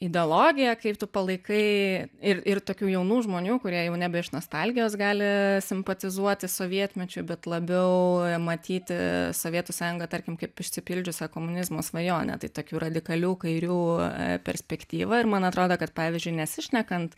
ideologija kaip tu palaikai ir ir tokių jaunų žmonių kurie jau nebe iš nostalgijos gali simpatizuoti sovietmečiu bet labiau matyti sovietų sąjungą tarkim kaip išsipildžiusią komunizmo svajonę tai tokių radikalių kairiųjų perspektyvą ir man atrodo kad pavyzdžiui nesišnekant